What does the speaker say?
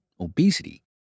obesity